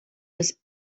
has